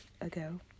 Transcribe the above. ago